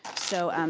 so,